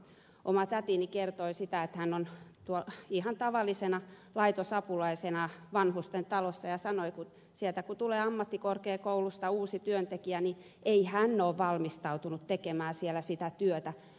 oma tätini joka on ihan tavallisena laitosapulaisena vanhustentalossa sanoi että kun ammattikorkeakoulusta tulee uusi työntekijä niin ei hän ole valmistautunut tekemään siellä sitä työtä